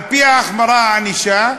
על-פי החמרת הענישה,